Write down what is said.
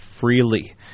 freely